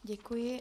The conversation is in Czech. Děkuji.